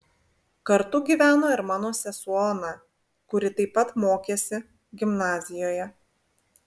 kartu gyveno ir mano sesuo ona kuri taip pat mokėsi gimnazijoje